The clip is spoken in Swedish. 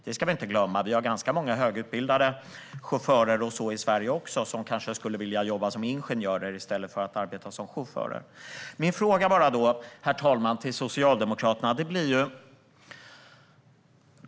Det ska vi inte glömma; vi har ganska många högutbildade chaufförer och annat i Sverige som kanske skulle vilja jobba som ingenjörer i stället. Min fråga till Socialdemokraterna, herr talman, blir som följer.